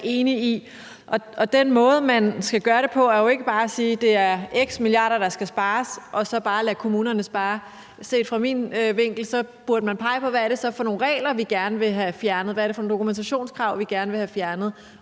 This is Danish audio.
den måde, man skal gøre det på, er jo ikke bare at sige, at det er x antal milliarder, der skal spares, og så bare lade kommunerne spare. Set fra min vinkel burde man pege på, hvad det så er for nogle regler, man gerne vil have fjernet, og hvad det er for nogle dokumentationskrav, man gerne vil have fjernet,